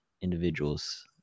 individuals